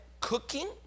cooking